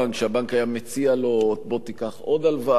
שהבנק היה מציע לו: בוא תיקח עוד הלוואה,